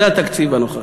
זה התקציב הנוכחי.